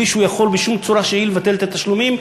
בלי שהוא יכול בשום צורה שהיא לבטל את התשלומים,